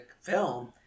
film